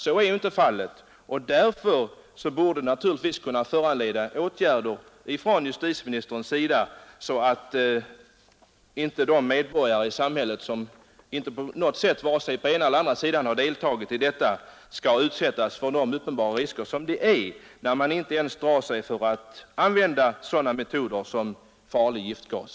Så är nu inte fallet, och därför borde justitieministern vidta sådana åtgärder att de medborgare i samhället som inte på något sätt har deltagit i sammanhanget inte behöver utsättas för de uppenbara risker som föreligger, när de agerande inte ens drar sig för att använda giftgas.